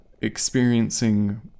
experiencing